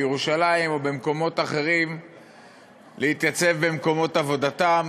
בירושלים ובמקומות אחרים להתייצב במקומות עבודתם.